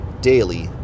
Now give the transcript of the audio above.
daily